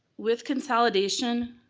with consolidation,